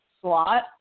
slot